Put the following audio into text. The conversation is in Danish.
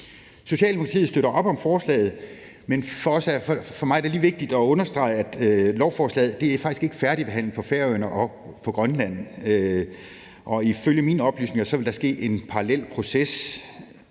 Socialdemokratiet støtter forslaget, men for mig er det vigtigt lige at understrege, at lovforslaget faktisk ikke er færdigbehandlet på Færøerne og i Grønland. Ifølge mine oplysninger vil der ske en parallel proces,